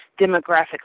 demographic